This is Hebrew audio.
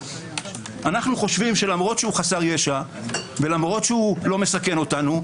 אנחנו חושבים שלמרות שהוא חסר ישע ולמרות שלא מסכן אותו,